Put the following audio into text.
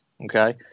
Okay